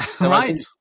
right